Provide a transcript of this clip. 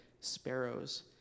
sparrows